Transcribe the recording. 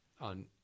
on